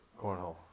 cornhole